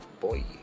boy